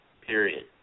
Period